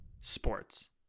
Sports